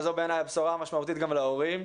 וזו בעיניי הבשורה המשמעותית גם להורים,